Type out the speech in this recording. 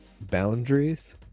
boundaries